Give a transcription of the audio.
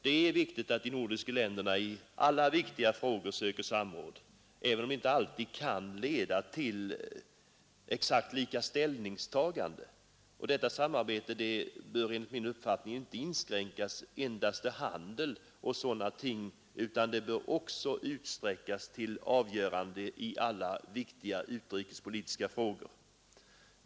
Det är viktigt att de nordiska länderna i alla viktiga frågor söker samråd, även om det inte alltid kan leda till exakt lika ställningstagande. Detta samarbete bör enligt min uppfattning inte inskränkas endast till handel och sådana ting, utan det bör också utsträckas till avgöranden i alla viktiga utrikespolitiska frågor.